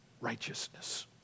righteousness